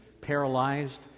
paralyzed